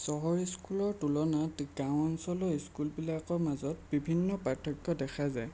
চহৰৰ স্কুলৰ তুলনাত গাঁও অঞ্চলৰ স্কুলবিলাকৰ মাজত বিভিন্ন পাৰ্থক্য দেখা যায়